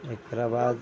तेकरा बाद